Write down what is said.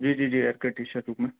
جی جی جی air condition room ہے